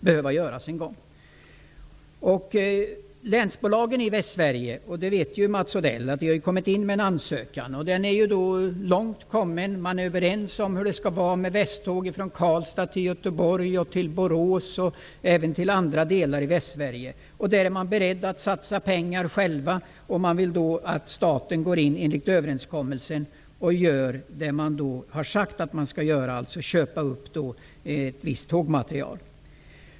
Som Mats Odell vet har länsbolagen i Västsverige inkommit med en ansökan som är långt kommen. Man är överens om hur det skall vara med Västtåg från Karlstad till Göteborg, Borås och även till andra delar i Västsverige. Där är man själv beredd att satsa pengar och vill då att staten enligt överenskommelsen gör det som man har sagt att man skall göra, dvs. köpa upp ett visst tågmaterial.